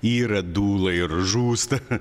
yra dūla ir žūsta